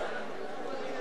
הצעת החוק היא